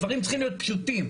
הדברים צריכים להיות פשוטים.